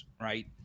right